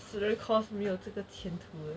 死人 course 没有这个前途